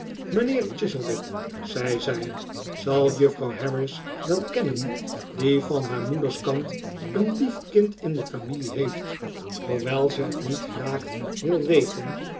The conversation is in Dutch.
mijnheer chuzzlewit zei zij t zal juffrouw harris wel kennen die van haar moeders kant een lief kind in de familie heeft hoewel ze het niet graag wil weten